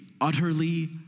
utterly